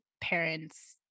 parents